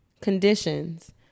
conditions